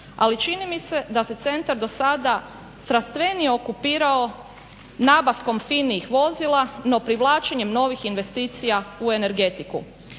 Ali čini mi se da se centar do sada strastvenije okupirao nabavkom finih vozila, no privlačenjem novih investicija u energetiku.